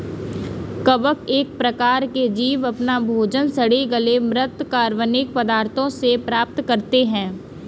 कवक एक प्रकार के जीव अपना भोजन सड़े गले म्रृत कार्बनिक पदार्थों से प्राप्त करते हैं